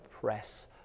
press